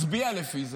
מצביע לפי זה,